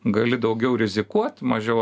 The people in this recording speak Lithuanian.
gali daugiau rizikuot mažiau